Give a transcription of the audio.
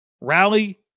Rally